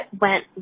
went